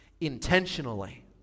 intentionally